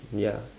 ya